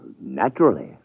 Naturally